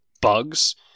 bugs